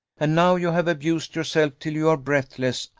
and now you have abused yourself till you are breathless,